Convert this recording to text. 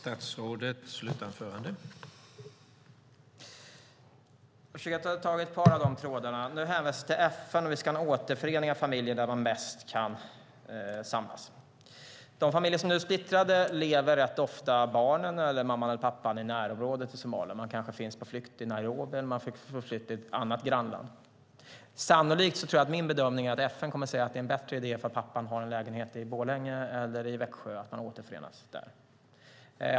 Herr talman! Jag ska försöka att ta tag i ett par av trådarna. Nu hänvisas till FN och att vi ska ha en återförening av familjer där de bäst kan samlas. I de familjer som nu är splittrade lever rätt ofta barnen eller mamman och pappan i närområdet till Somalia. De kanske finns på flykt i Nairobi eller på flykt i ett annat grannland. Min bedömning är att FN sannolikt kommer att säga att det är en bättre idé om pappan har en lägenhet i Borlänge eller i Växjö att de återförenas där.